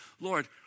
Lord